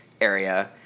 area